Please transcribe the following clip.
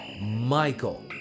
Michael